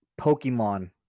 Pokemon